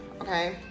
okay